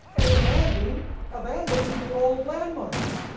and abandoning abandoning the old landmarks.